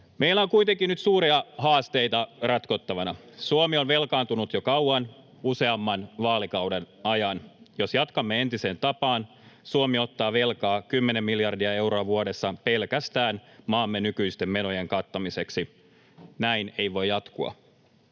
Meillä on kuitenkin nyt suuria haasteita ratkottavana. Suomi on velkaantunut jo kauan, useamman vaalikauden ajan. Jos jatkamme entiseen tapaan, Suomi ottaa velkaa 10 miljardia euroa vuodessa pelkästään maamme nykyisten menojen kattamiseksi. Näin ei voi jatkua.